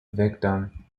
victim